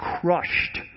crushed